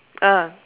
ah